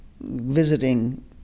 Visiting